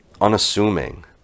unassuming